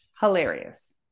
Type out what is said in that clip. Hilarious